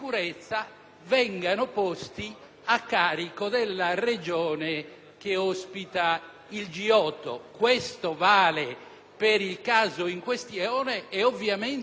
Questo vale per il caso in questione e ovviamente deve valere per tutti i casi; quindi, chiederei veramente ai colleghi di